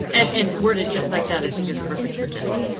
and and where did just like that? i think is perfect for this.